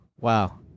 Wow